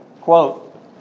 quote